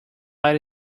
let